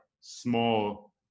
small